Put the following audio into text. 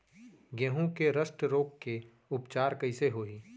गेहूँ के रस्ट रोग के उपचार कइसे होही?